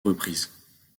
reprises